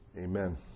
Amen